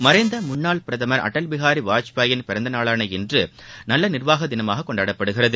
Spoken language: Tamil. மறைந்த முன்னாள் பிரதமர் அடல் பிஹாரி வாஜ்பேயி யின் பிறந்த நாளான இன்று நல்ல நிர்வாக தினமாகக் கொண்டாடப்படுகிறது